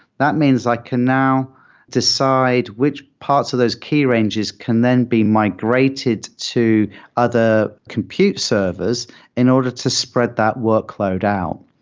that means i can now decide which parts of those key ranges can then be migrated to other compute servers in order to spread that workload out.